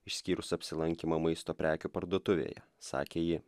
išskyrus apsilankymą maisto prekių parduotuvėje sakė ji